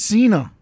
Cena